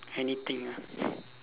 anything ah